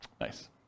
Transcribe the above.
Nice